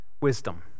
wisdom